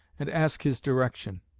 and ask his direction